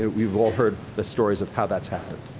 you've all heard the stories of how that's happened.